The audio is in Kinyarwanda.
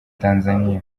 tanzaniya